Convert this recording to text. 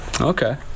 Okay